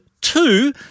two